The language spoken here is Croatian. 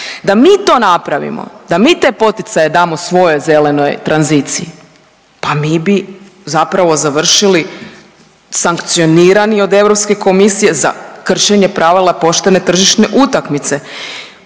Da mi to napravimo, da mi te poticaje damo svojoj zelenoj tranziciji, pa mi bi zapravo završili sankcionirani od Europske komisije za kršenje pravila poštene tržišne utakmice.